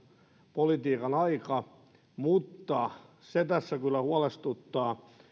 politiikan aika mutta se tässä kyllä huolestuttaa